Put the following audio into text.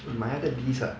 你买那个 disk ah